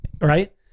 right